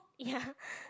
ya